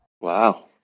Wow